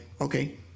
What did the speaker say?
okay